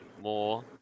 more